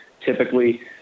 typically